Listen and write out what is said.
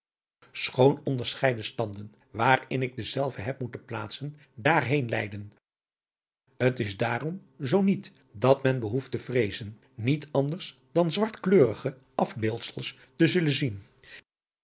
onderscheiden standen waarin ik dezelve heb moeten plaatsen daarheen leidden t is daarom zoo niet dat men behoeft te vreezen adriaan loosjes pzn het leven van johannes wouter blommesteyn niet anders dan zwartkleurige af beeldsels te zullen zien